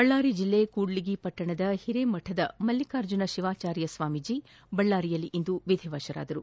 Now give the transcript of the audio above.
ಬಳ್ಳಾರಿ ಜಿಲ್ಲೆ ಕೂಡ್ಲಿಗಿ ಪಟ್ಟಣದ ಹಿರೇಮಠದ ಮಲ್ಲಿಕಾರ್ಜುನ ಶಿವಾಚಾರ್ಯ ಸ್ವಾಮೀಜ ಬಳ್ಳಾರಿಯಲ್ಲಿಂದು ವಿಧಿವಶರಾದರು